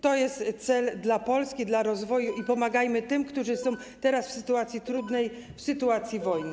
To jest cel dla Polski, dla rozwoju i pomagajmy tym, którzy są teraz w sytuacji trudnej, w sytuacji wojny.